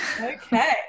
Okay